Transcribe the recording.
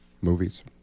movies